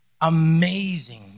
Amazing